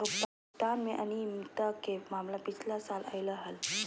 भुगतान में अनियमितता के मामला पिछला साल अयले हल